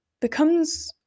becomes